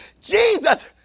Jesus